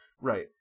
Right